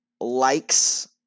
likes